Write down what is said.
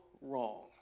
wrong